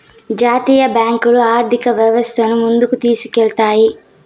జాతీయ బ్యాంకులు ఆర్థిక వ్యవస్థను ముందుకు తీసుకెళ్తాయి